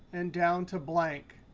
and down to blank.